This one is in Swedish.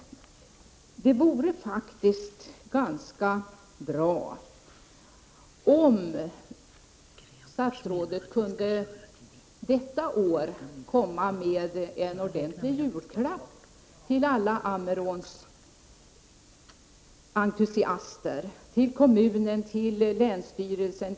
Det vore faktiskt ganska bra om statsrådet detta år kunde komma med en ordentlig julklapp till alla Ammeråns entusiaster — till kommunen, länsstyrelsen.